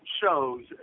shows